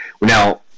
now